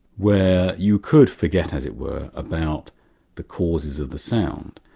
where you could forget, as it were, about the causes of the sound.